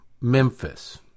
Memphis